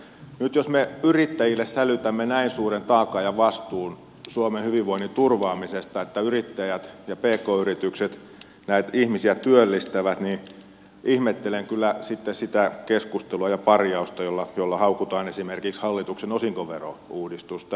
nyt jos me yrittäjille sälytämme näin suuren taakan ja vastuun suomen hyvinvoinnin turvaamisesta että yrittäjät ja pk yritykset näitä ihmisiä työllistävät niin ihmettelen kyllä sitten sitä keskustelua ja parjausta jolla haukutaan esimerkiksi hallituksen osinkoverouudistusta